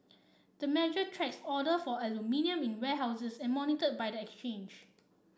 the measure tracks order for aluminium in warehouses and monitored by the exchange